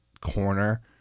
corner